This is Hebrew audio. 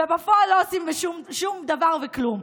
ובפועל לא עושים שום דבר וכלום.